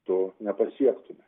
to nepasiektume